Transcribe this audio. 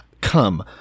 Come